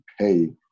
pay